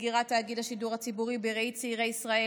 סגירת תאגיד השידור הציבורי בראי צעירי ישראל,